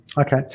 Okay